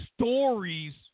stories